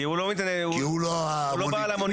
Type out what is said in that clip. כי הוא לא בעל המוניטין.